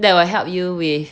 that will help you with